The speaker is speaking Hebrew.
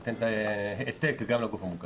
שייתן העתק גם לגוף המוכר.